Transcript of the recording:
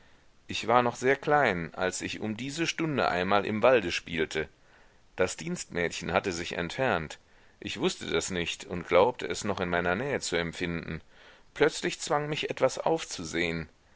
ich war noch sehr klein als ich um diese stunde einmal im walde spielte das dienstmädchen hatte sich entfernt ich wußte das nicht und glaubte es noch in meiner nähe zu empfinden plötzlich zwang mich etwas aufzusehen